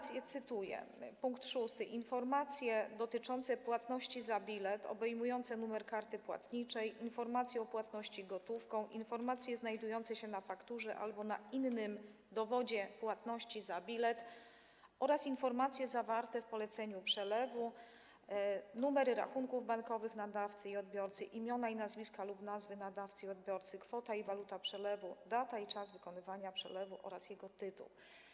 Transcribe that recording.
Cytuję pkt 6: informacje dotyczące płatności za bilet, obejmujące numer karty płatniczej, informacje o płatności gotówką, informacje znajdujące się na fakturze albo na innym dowodzie płatności za bilet oraz informacje zawarte w poleceniu przelewu, numery rachunków bankowych nadawcy i odbiorcy, imiona i nazwiska lub nazwy nadawcy i odbiorcy, kwota i waluta przelewu, data i czas wykonania przelewu oraz jego tytuł.